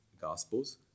gospels